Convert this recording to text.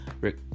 Rick